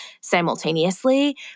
simultaneously